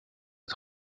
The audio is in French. les